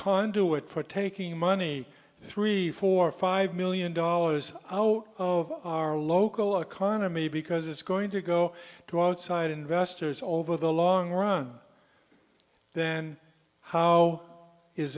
conduit for taking money three four five million dollars zero zero of our local economy because it's going to go to outside investors over the long run then how is